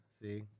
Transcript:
See